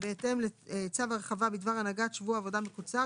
בהתאם לצו הרחבה בדבר הנהגת שבוע עבודה מקוצר,